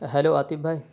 hello Atif بھائی